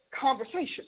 conversation